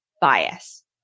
bias